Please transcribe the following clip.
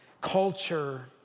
culture